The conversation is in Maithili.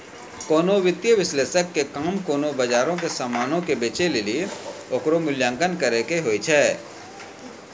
कोनो वित्तीय विश्लेषक के काम कोनो बजारो के समानो के बेचै लेली ओकरो मूल्यांकन करै के होय छै